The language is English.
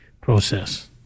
process